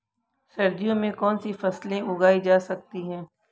सर्दियों में कौनसी फसलें उगाई जा सकती हैं?